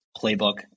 playbook